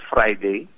Friday